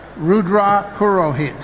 ru-dra poor-o-hee.